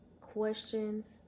questions